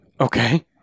Okay